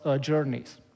journeys